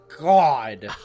god